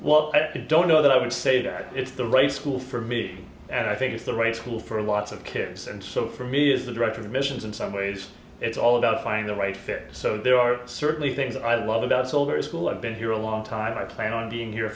what i don't know that i would say that it's the right school for me and i think it's the right school for a lot of kids and so for me as the director of admissions in some ways it's all about finding the right fit so there are certainly things i love about it's all very school i've been here a long time i plan on being here